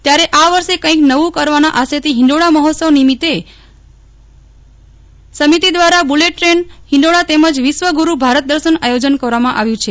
ત્યારે આ વર્ષે કંઇક નવું કરવાના આશયથી ફિંડોળા મફોત્સવ સમિતિ દ્વારા બુલેટ દ્રેન હિંડોળા તેમજ વિશ્વ ગુરૂ ભારત દર્શનનું આયોજન કરવામાં આવ્યું છે